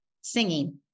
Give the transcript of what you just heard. Singing